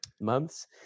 months